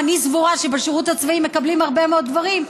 אני סבורה שבשירות הצבאי מקבלים הרבה מאוד דברים,